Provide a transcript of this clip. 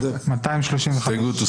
ההסתייגות הוסרה.